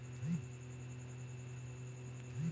जलवायु बदलाव के चलते, खेती किसानी बहुते प्रभावित भईल बा